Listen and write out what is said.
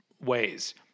ways